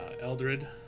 Eldred